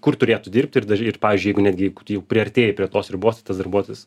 kur turėtų dirbti ir dar ir pavyzdžiui jeigu netgi tu jau priartėjai prie tos ribos tai tas darbuotojas